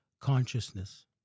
consciousness